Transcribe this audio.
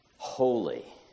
Holy